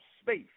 space